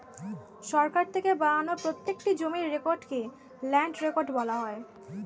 সরকার থেকে বানানো প্রত্যেকটি জমির রেকর্ডকে ল্যান্ড রেকর্ড বলা হয়